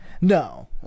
No